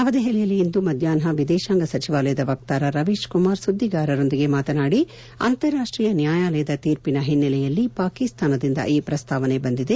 ನವದೆಹಲಿಯಲ್ಲಿಂದು ಮಧ್ಯಾಪ್ನ ವಿದೇತಾಂಗ ಸಚಿವಾಲಯದ ವಕ್ತಾರ ರವೀತ್ಕುಮಾರ್ ಸುದ್ದಿಗಾರರೊಂದಿಗೆ ಮಾತನಾಡಿ ಅಂತಾರಾಷ್ಷೀಯ ನ್ನಾಯಾಲಯದ ತೀರ್ಪಿನ ಹಿನ್ನೆಲೆಯಲ್ಲಿ ಪಾಕಿಸ್ತಾನದಿಂದ ಈ ಪ್ರಸ್ತಾವನೆ ಬಂದಿದೆ